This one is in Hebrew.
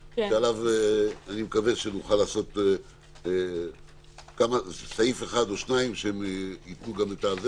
שעליו אני מקווה שנוכל לעשות סעיף אחד או שניים שייתנו גם את זה,